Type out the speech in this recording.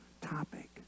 topic